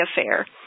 affair